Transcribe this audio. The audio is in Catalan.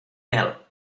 mel